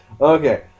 Okay